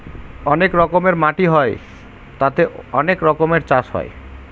অনেক রকমের মাটি হয় তাতে অনেক রকমের চাষ হয়